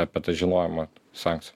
apie tą žinojimą sankcijų